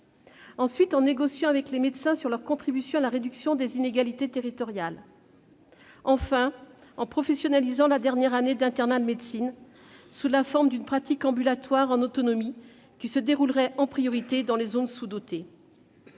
nous voulons négocier avec les médecins sur leur contribution à la réduction des inégalités territoriales. Enfin, nous avons prévu de professionnaliser la dernière année d'internat de médecine sous la forme d'une pratique ambulatoire, en autonomie, qui se déroulerait en priorité dans les zones sous-dotées.